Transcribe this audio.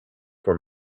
for